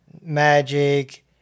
magic